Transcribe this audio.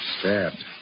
Stabbed